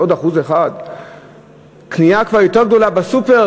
עוד 1%. קנייה כבר יותר גדולה בסופר,